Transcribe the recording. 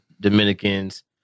dominicans